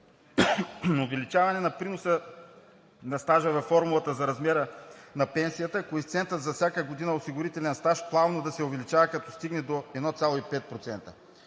увеличаване на приноса на стажа във формулата за размера на пенсията; коефициентът за всяка година осигурителен стаж плавно да се увеличава, като стигне до 1,5%;